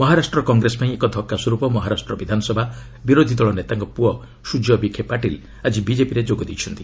ମହାରାଷ୍ଟ୍ର କଂଗ୍ରେସ ପାଇଁ ଏକ ଧକ୍କା ସ୍ୱରୂପ ମହାରାଷ୍ଟ୍ର ବିଧାନସଭା ବିରୋଧୀ ଦଳ ନେତାଙ୍କ ପୁଅ ସୁଜୟ ବିଖେ ପାଟିଲ୍ ଆଜି ବିଜେପିରେ ଯୋଗ ଦେଇଛନ୍ତି